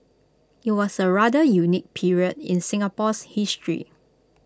IT was A rather unique period in Singapore's history